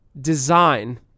design